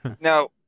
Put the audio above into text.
now